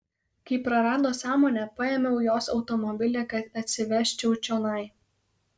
kai prarado sąmonę paėmiau jos automobilį kad atsivežčiau čionai